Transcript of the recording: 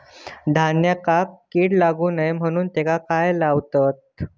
धान्यांका कीड लागू नये म्हणून त्याका काय लावतत?